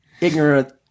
ignorant